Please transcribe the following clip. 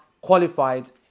qualified